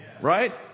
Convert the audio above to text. Right